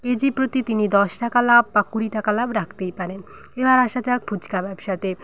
KG প্রতি তিনি দশ টাকা লাভ বা কুড়ি টাকা লাভ রাখতেই পারেন এবার আসা যাক ফুচকা ব্যবসাতে